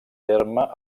terme